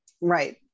Right